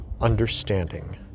understanding